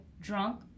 drunk